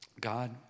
God